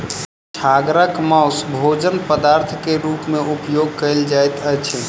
छागरक मौस भोजन पदार्थ के रूप में उपयोग कयल जाइत अछि